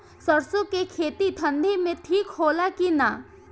सरसो के खेती ठंडी में ठिक होला कि ना?